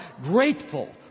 grateful